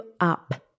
up